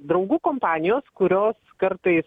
draugų kompanijos kurios kartais